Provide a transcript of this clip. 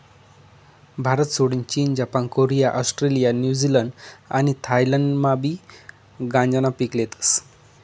भारतसोडीन चीन, Japan, Korea, Australia, New Zealand आणि थायलंडमाबी गांजानं पीक लेतस